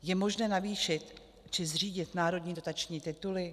Je možné navýšit či zřídit národní dotační tituly?